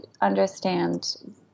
understand